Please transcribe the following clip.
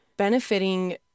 benefiting